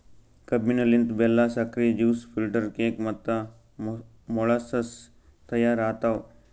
ಕಬ್ಬಿನ ಲಿಂತ್ ಬೆಲ್ಲಾ, ಸಕ್ರಿ, ಜ್ಯೂಸ್, ಫಿಲ್ಟರ್ ಕೇಕ್ ಮತ್ತ ಮೊಳಸಸ್ ತೈಯಾರ್ ಆತವ್